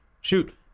Shoot